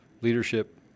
leadership